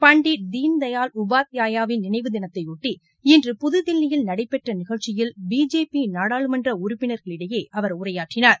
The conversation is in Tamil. பண்டிட் தீன்தயாள் உபாத்யாயா வின் நினைவு தினத்தையொட்டி இன்று புதுதில்லியில் நடைபெற்ற நிகழ்ச்சியில் பிஜேபி நாடாளுமன்ற உறுப்பினர்களிடையே அவர் உரையாற்றினார்